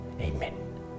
Amen